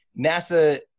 nasa